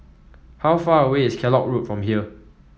how far away is Kellock Road from here